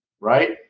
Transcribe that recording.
right